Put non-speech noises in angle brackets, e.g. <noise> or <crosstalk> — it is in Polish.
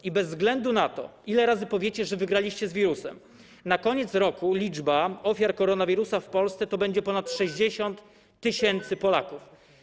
I bez względu na to, ile razy powiecie, że wygraliście z wirusem, na koniec roku liczba ofiar koronawirusa w Polsce to będzie <noise> ponad 60 tys. Polaków.